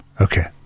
Okay